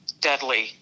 deadly